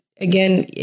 again